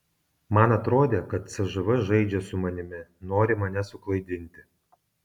man atrodė kad cžv žaidžia su manimi nori mane suklaidinti